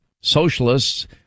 socialists